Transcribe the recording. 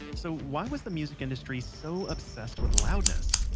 so why was the music industry so obsessed with loudness?